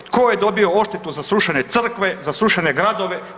Tko je dobio odštetu za srušene crkve, srušene gradove?